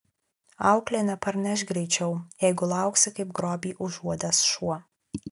auklė neparneš greičiau jeigu lauksi kaip grobį užuodęs šuo